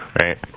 right